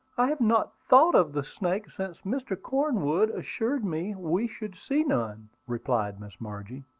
i have not thought of the snakes since mr. cornwood assured me we should see none, replied miss margie.